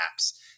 apps